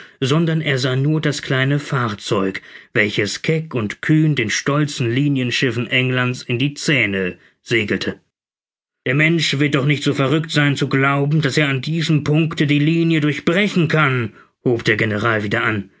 sondern er sah nur das kleine fahrzeug welches keck und kühn den stolzen linienschiffen england's in die zähne segelte der mensch wird doch nicht so verrückt sein zu glauben daß er an diesem punkte die linie durchbrechen kann hob der general wieder an